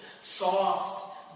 soft